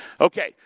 Okay